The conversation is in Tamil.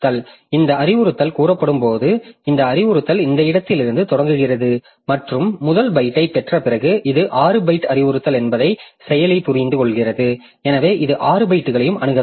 இப்போது இந்த அறிவுறுத்தல் கூறப்படும் போது இந்த அறிவுறுத்தல் இந்த இடத்திலிருந்து தொடங்குகிறது மற்றும் முதல் பைட்டைப் பெற்ற பிறகு இது 6 பைட் அறிவுறுத்தல் என்பதை செயலி புரிந்துகொள்கிறது எனவே இது 6 பைட்டுகளையும் அணுக வேண்டும்